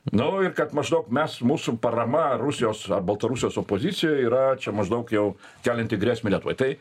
nu ir kad maždaug mes mūsų parama rusijos ar baltarusijos opozicijoj yra maždaug jau kelianti grėsmę lietuvai tai